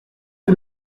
que